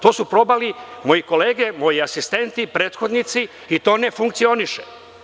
To su probale moje kolege, moji asistenti, prethodnici i to ne funkcioniše.